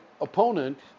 opponent